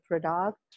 Product